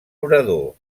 orador